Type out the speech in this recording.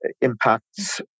impacts